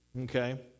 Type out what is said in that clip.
Okay